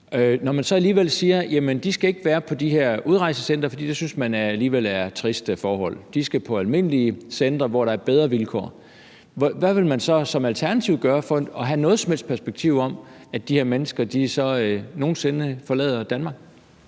når man så alligevel siger, at de ikke skal være på de her udrejsecentre, for det synes man alligevel er triste forhold, så de skal på almindelige centre, hvor der er bedre vilkår, hvad vil man så som alternativ gøre for at have noget som helst perspektiv for, at de her mennesker nogen sinde forlader Danmark?